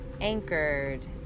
anchored